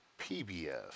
PBF